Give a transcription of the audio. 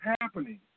happening